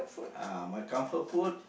uh my comfort food